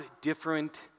different